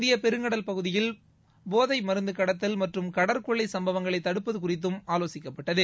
இந்திய பெருங்கடல் பகுதியில் போனத மருந்து கடத்தல் மற்றும் கடற்கொள்ளை சம்பவங்களை தடுப்பது குறித்தும் ஆலோசிக்கப்பட்டது